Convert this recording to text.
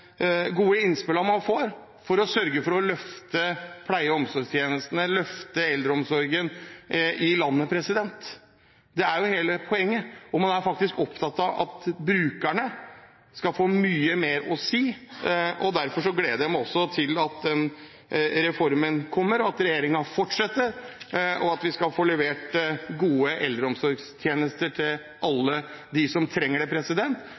gode innspillene man får, for å sørge for å løfte pleie- og omsorgstjenestene og løfte eldreomsorgen i landet. Det er hele poenget. Og man er faktisk opptatt av at brukerne skal få mye mer å si, derfor gleder jeg meg også til at reformen kommer, at regjeringen fortsetter, og at vi skal få levert gode eldreomsorgstjenester til alle dem som trenger det.